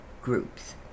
Groups